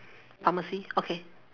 pharmacy okay